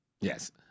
Yes